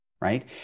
right